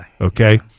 okay